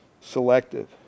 selective